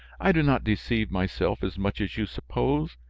i do not deceive myself as much as you suppose,